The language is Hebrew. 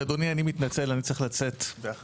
אדוני, אני מתנצל, אני צריך לצאת ב-13:00.